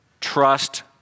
Trust